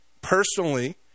personally